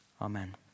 Amen